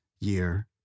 Year